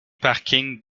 parkings